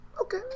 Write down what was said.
Okay